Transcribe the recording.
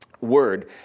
word